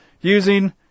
using